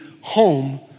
home